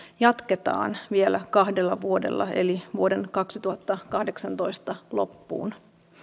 jatketaan vielä kahdella vuodella eli vuoden kaksituhattakahdeksantoista loppuun